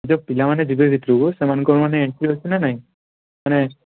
ଯେଉଁ ପିଲାମାନେ ଯିବେ ଭିତରକୁ ସେମାନଙ୍କ ମାନେ ଏଣ୍ଟ୍ରି ଅଛି ନା ନାହିଁ ମାନେ